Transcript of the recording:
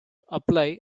apply